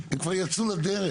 הם כבר יצאו לדרך.